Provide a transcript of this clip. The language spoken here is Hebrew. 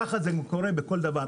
ככה זה קורה בכל דבר.